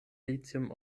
lithium